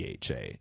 DHA